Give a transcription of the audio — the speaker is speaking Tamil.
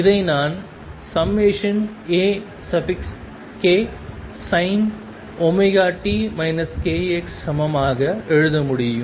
இதை நான் AkSinωt kx சமமாக எழுத முடியும்